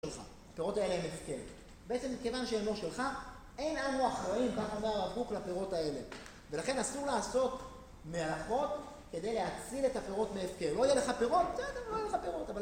הפירות האלה הם הפקר. בעצם מכיוון שהן לא שלך אין אנו אחראים, כך אומר הרב קוק, לפירות האלה. ולכן אסור לעשות מלאכות כדי להציל את הפירות מהפקר. לא יהיה לך פירות? בסדר, לא יהיה לך פירות אבל